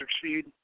succeed